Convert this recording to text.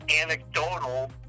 anecdotal